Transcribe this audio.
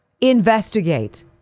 investigate